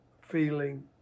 feeling